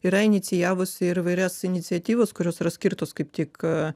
yra inicijavusi ir įvairias iniciatyvas kurios yra skirtos kaip tik